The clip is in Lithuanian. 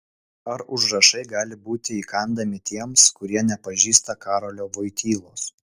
ar užrašai gali būti įkandami tiems kurie nepažįsta karolio voitylos